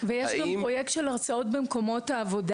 יש גם פרויקט של הרצאות במקומות העבודה,